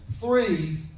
Three